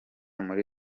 muri